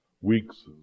weeks